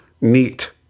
Neat